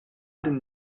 den